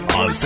on